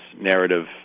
narrative